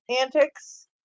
antics